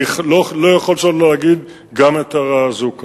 אני לא יכול שלא להגיד גם את ההערה הזאת כאן.